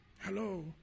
Hello